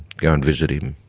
go and visit him,